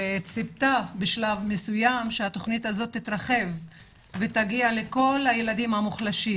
וציפתה בשלב מסוים שהתוכנית הזאת תתרחב ותגיע לכל הילדים המוחלשים